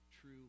true